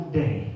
day